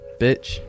bitch